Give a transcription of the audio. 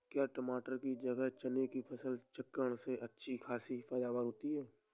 क्या मटर की जगह चने की फसल चक्रण में अच्छी खासी पैदावार होती है?